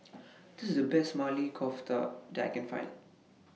This IS The Best Maili Kofta that I Can Find